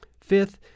Fifth